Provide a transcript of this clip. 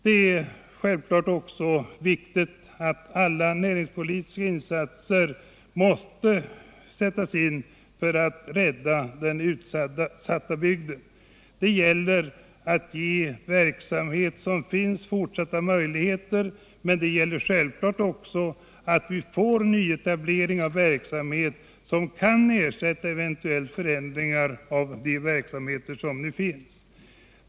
Det är självklart att också alla näringspolitiska insatser bör sättas in för att rädda den utsatta bygden. Det gäller att ge den verksamhet som finns fortsatta möjligheter, och det gäller naturligtvis också att få till stånd nyetablering av verksamhet som kan ersätta eventuella förändringar av de verksamheter som nu finns.